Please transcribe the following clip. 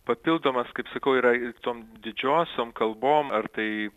papildomas kaip sakau yra ir tom didžiosiom kalbom ar tai